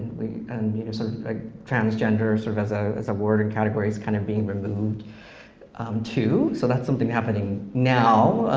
and you know so ah transgender sort of as ah as a word and category is kind of being removed too, so that's something happening now,